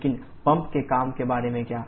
लेकिन पंप के काम के बारे में क्या